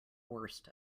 worst